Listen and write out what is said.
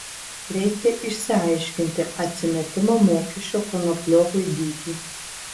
reikia išsiaiškinti atsimetimo mokesčio konopliovui dydį